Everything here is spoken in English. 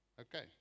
Okay